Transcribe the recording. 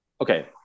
okay